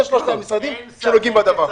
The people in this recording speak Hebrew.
אלה שלושת המשרדים שנוגעים בדבר.